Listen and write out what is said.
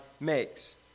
makes